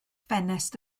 ffenest